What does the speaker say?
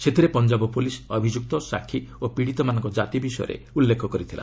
ସେଥିରେ ପଞ୍ଜାବ ପୁଲିସ୍ ଅଭିଯୁକ୍ତ ସାକ୍ଷୀ ଓ ପୀଡ଼ିତଙ୍କ ଜାତି ବିଷୟରେ ଉଲ୍ଲେଖ କରିଥିଲା